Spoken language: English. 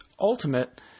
ultimate